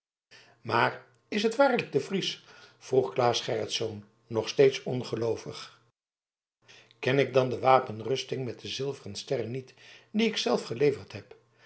maar is het waarlijk de fries vroeg claes gerritsz nog steeds ongeloovig ken ik dan de wapenrusting met de zilveren sterren niet die ik zelf geleverd heb